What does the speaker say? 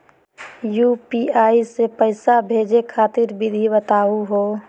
UPI स पैसा भेजै खातिर विधि बताहु हो?